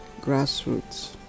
grassroots